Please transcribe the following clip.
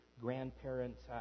grandparents